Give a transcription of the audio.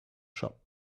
shop